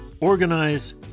Organize